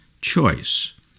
choice